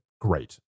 great